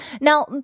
Now